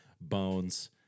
Bones